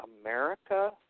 America